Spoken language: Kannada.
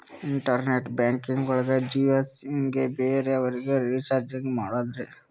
ಇಂಟರ್ನೆಟ್ ಬ್ಯಾಂಕಿಂಗ್ ಒಳಗ ಜಿಯೋ ಸಿಮ್ ಗೆ ಬೇರೆ ಅವರಿಗೆ ರೀಚಾರ್ಜ್ ಹೆಂಗ್ ಮಾಡಿದ್ರಿ?